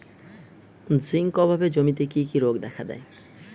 Zinc অভাবে জমিতে কি কি রোগ দেখাদেয়?